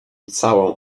całą